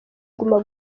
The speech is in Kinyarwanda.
guma